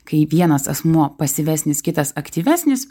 kai vienas asmuo pasyvesnis kitas aktyvesnis